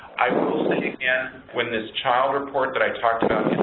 i will say again, when this child report that i talked about